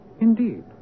Indeed